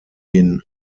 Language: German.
den